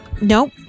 Nope